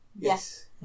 yes